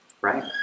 right